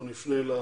אנחנו נפנה לממשלה.